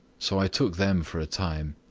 so i took them for a time.